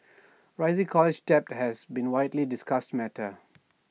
rising college debt has been A widely discussed matter